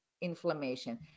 inflammation